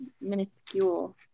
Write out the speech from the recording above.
minuscule